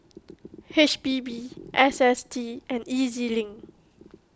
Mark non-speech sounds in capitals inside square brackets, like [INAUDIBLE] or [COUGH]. [NOISE] H P B S S T and E Z Link